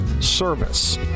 service